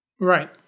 Right